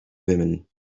women